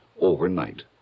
overnight